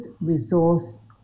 resource